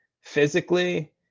physically